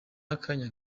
y’akanya